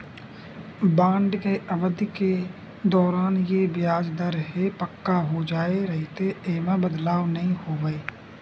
bond के अबधि के दौरान ये बियाज दर ह पक्का हो जाय रहिथे, ऐमा बदलाव नइ होवय